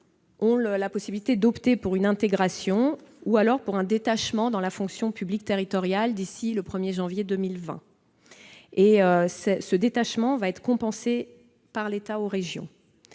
ont la possibilité d'opter pour une intégration ou pour un détachement dans la fonction publique territoriale d'ici au 1 janvier 2020. Ce détachement sera compensé par l'État aux régions.